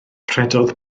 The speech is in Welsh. rhedodd